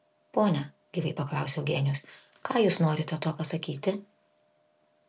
pone gyvai paklausė eugenijus ką jūs norite tuo pasakyti